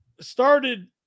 started